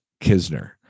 Kisner